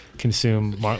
Consume